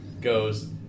goes